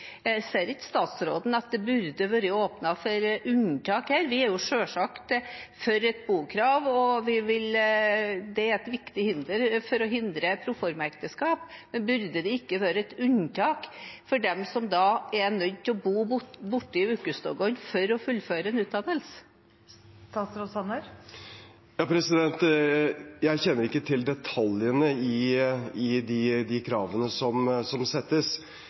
unntak her? Vi er selvsagt for et bokrav, og det er et viktig hinder for å hindre proformaekteskap. Men burde det ikke vært et unntak for dem som er nødt til å bo borte i ukedagene for å fullføre en utdanning? Jeg kjenner ikke til detaljene i de kravene som settes. Det jeg er opptatt av, er at de som